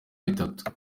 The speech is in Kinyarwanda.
bitatu